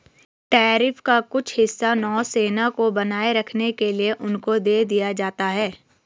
tariff का कुछ हिस्सा नौसेना को बनाए रखने के लिए उनको दे दिया जाता है